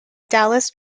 dallas